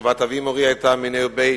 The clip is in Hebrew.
תשובת אבי מורי היתה מיניה וביה,